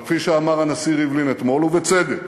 אבל כפי שאמר הנשיא ריבלין אתמול, ובצדק,